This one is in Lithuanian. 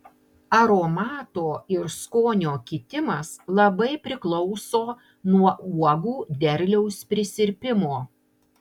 aromato ir skonio kitimas labai priklauso nuo uogų derliaus prisirpimo